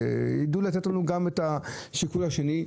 שיידעו לתת לנו גם את השיקול מן הצד השני.